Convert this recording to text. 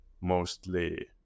mostly